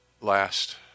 Last